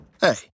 Hey